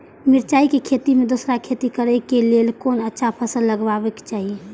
मिरचाई के खेती मे दोसर खेती करे क लेल कोन अच्छा फसल लगवाक चाहिँ?